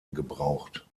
gebraucht